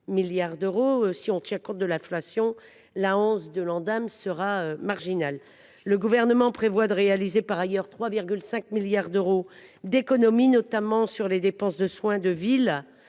milliard d’euros environ. Si on tient compte de l’inflation, la hausse de l’Ondam sera marginale. Le Gouvernement prévoit de réaliser par ailleurs 3,5 milliards d’euros d’économies, notamment sur les dépenses de soins de ville,